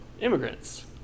immigrants